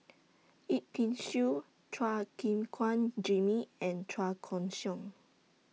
Yip Pin Xiu Chua Gim Guan Jimmy and Chua Koon Siong